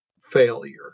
failure